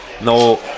no